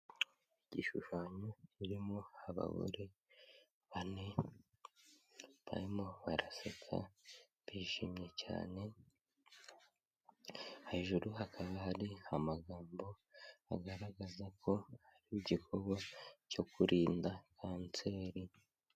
Igishushanyo kirimo abagore bane barimo baraseka bishimye cyane, hejuru hakaba hari amagambo agaragaza ko ari igikorwa cyo kurinda Kanseri.